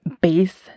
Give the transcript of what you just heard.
base